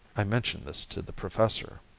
i mentioned this to the professor.